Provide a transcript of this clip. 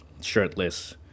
shirtless